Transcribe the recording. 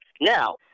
Now